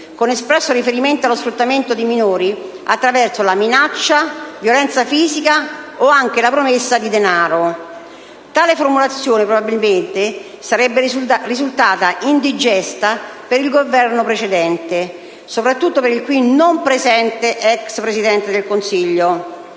con espresso riferimento allo sfruttamento di minori attraverso la minaccia, la violenza fisica o anche la promessa di denaro. Tale formulazione, probabilmente, sarebbe risultata indigesta per il Governo precedente, soprattutto per il qui non presente ex Presidente del Consiglio.